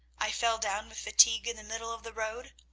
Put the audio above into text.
i fell down with fatigue in the middle of the road?